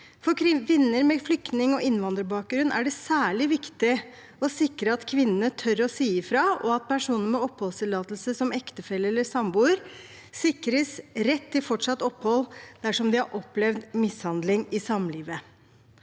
For kvinner med flyktning- og innvandrerbakgrunn er det særlig viktig å sikre at kvinnene tør å si ifra, og at personer med oppholdstillatelse som ektefelle eller samboer sikres rett til fortsatt opphold dersom de har opplevd mishandling i samlivet.